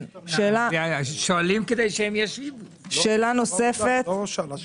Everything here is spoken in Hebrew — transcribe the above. היא לא שאלה.